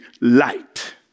light